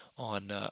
On